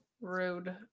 rude